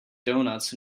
donuts